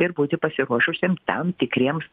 ir būti pasiruošusiem tam tikriems